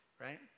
right